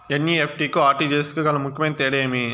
NEFT కు RTGS కు గల ముఖ్యమైన తేడా ఏమి?